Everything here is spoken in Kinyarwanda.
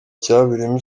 cyabereyemo